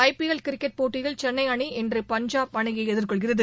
IPL cricket போட்டியில் சென்னை அணி இன்று பஞ்சாப் அணியை எதிர்கொள்கிறது